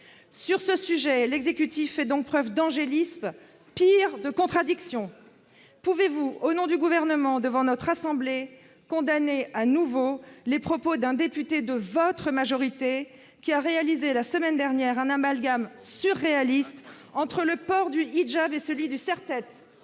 Sur ce sujet, l'exécutif fait donc preuve d'angélisme, pire, de contradiction ! Pouvez-vous, monsieur le Premier ministre, au nom du Gouvernement, devant notre assemblée, condamner de nouveau les propos d'un député de votre majorité qui a réalisé, la semaine dernière, un amalgame surréaliste entre le port du hijab et celui du serre-tête ?